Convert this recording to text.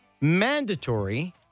mandatory